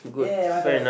ya my turn